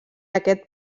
aquest